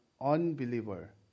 unbeliever